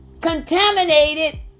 contaminated